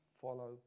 follow